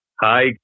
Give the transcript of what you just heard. Hi